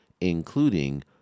including